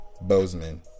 Bozeman